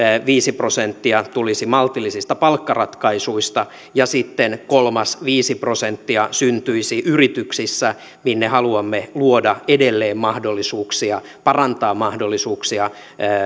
viisi prosenttia tulisi maltillisista palkkaratkaisuista sitten kolmas viisi prosenttia syntyisi yrityksissä minne haluamme luoda edelleen mahdollisuuksia parantaa mahdollisuuksia